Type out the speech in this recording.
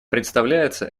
представляется